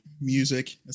music